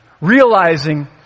realizing